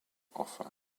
offer